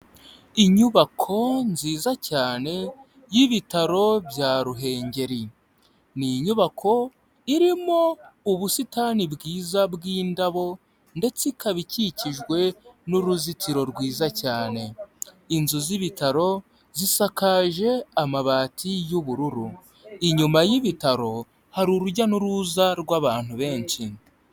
Inyubako nziza cyane y'ibitaro bya Ruhengeri, ni inyubako irimo ubusitani bwiza bw'indabo ndetse ikaba ikikijwe n'uruzitiro rwiza cyane, inzu z'ibitaro zisakaje amabati y'ubururu, inyuma y'ibitaro hari urujya n'uruza rw'abantu benshi.